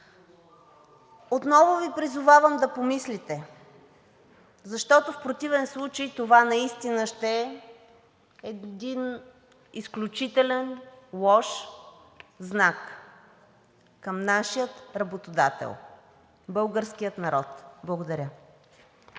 Отново Ви призовавам да помислите, защото в противен случай това наистина ще е един изключително лош знак към нашия работодател – българския народ. Благодаря.